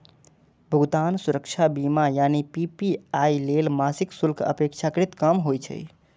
भुगतान सुरक्षा बीमा यानी पी.पी.आई लेल मासिक शुल्क अपेक्षाकृत कम होइ छै